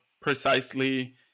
precisely